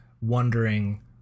wondering